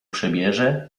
przebierze